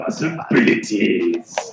possibilities